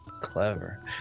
clever